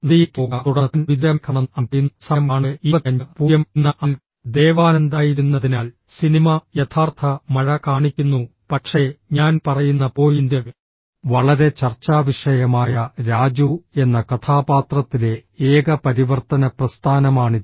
നദിയിലേക്ക് പോകുക തുടർന്ന് താൻ വിദൂര മേഘമാണെന്ന് അവൻ പറയുന്നു എന്നാൽ അതിൽ ദേവാനന്ദ് ആയിരുന്നതിനാൽ സിനിമ യഥാർത്ഥ മഴ കാണിക്കുന്നു പക്ഷേ ഞാൻ പറയുന്ന പോയിന്റ് വളരെ ചർച്ചാവിഷയമായ രാജു എന്ന കഥാപാത്രത്തിലെ ഏക പരിവർത്തന പ്രസ്ഥാനമാണിത്